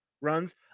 runs